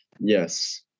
Yes